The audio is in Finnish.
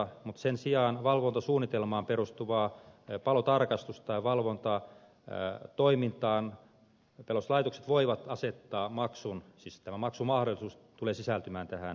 mutta sen sijaan valvontasuunnitelmaan perustuvaan palotarkastus tai valvontatoimintaan pelastuslaitokset voivat asettaa maksun siis tämä maksun mahdollisuus tulee sisältymään tähän lainsäädäntöön